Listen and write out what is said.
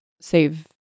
save